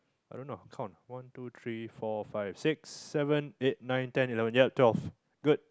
I don't know count one two three four five six seven eight nine ten eleven ya twelve good